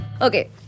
okay